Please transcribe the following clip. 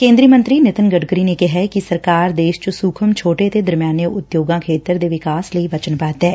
ਕੇਂਦਰੀ ਮੰਤਰੀ ਨਿਤਿਨ ਗਡਕਰੀ ਨੇ ਕਿਹੈ ਕਿ ਸਰਕਾਰ ਦੇਸ਼ ਚ ਸੂਖ਼ਮ ਛੋਟੇ ਤੇ ਦਰਮਿਆਨੇ ਉਦਯੋਗ ਖੇਤਰ ਦੇ ਵਿਕਾਸ ਲਈ ਵਚਨਬੱਧ ਐ